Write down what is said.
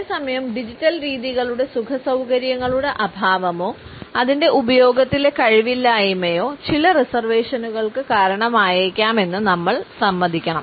അതേസമയം ഡിജിറ്റൽ രീതികളുടെ സുഖസൌകര്യങ്ങളുടെ അഭാവമോ അതിൻറെ ഉപയോഗത്തിലെ കഴിവില്ലായ്മയോ ചില റിസർവേഷനുകൾക്ക് കാരണമായേക്കാമെന്ന് നമ്മൾ സമ്മതിക്കണം